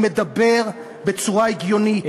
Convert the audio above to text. אני מדבר בצורה הגיונית,